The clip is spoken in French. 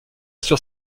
sur